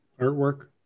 artwork